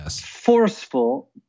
forceful